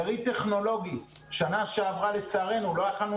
יריד טכנולוגי - שנה שעברה לצערנו לא יכולנו